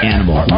Animal